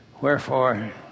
Wherefore